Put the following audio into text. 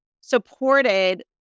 supported